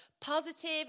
positive